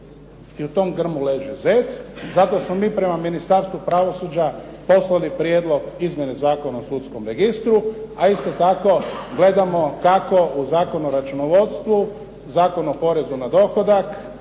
I u tom grmu leži zec i zato smo mi prema Ministarstvu pravosuđa poslali prijedlog izmjene Zakona o sudskom registru, a isto tako gledamo kako u Zakon o računovodstvu, Zakon o porezu na dohodak